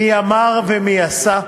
מי אמר ומי עשה,